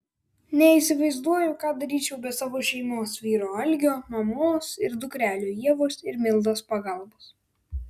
neįsivaizduoju ką daryčiau be savo šeimos vyro algio mamos ir dukrelių ievos ir mildos pagalbos